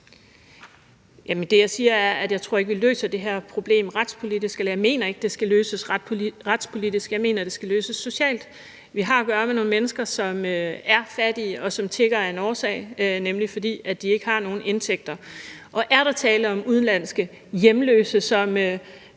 Det, jeg siger, er, at jeg ikke mener, at det her problem skal løses retspolitisk – jeg mener, det skal løses socialt. Vi har at gøre med nogle mennesker, som er fattige, og som tigger af en årsag, nemlig at de ikke har nogen indtægter, og hvis der er tale om udenlandske hjemløse, som